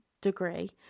degree